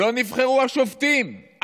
לא נבחרו השופטים,